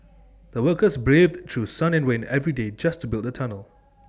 the workers braved through sun and rain every day just to build the tunnel